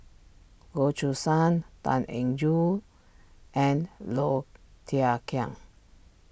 Goh Choo San Tan Eng Yoon and Low Thia Khiang